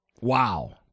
Wow